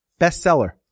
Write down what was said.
Bestseller